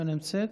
לא נמצאת,